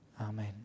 Amen